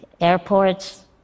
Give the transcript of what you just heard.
Airports